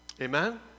Amen